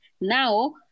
Now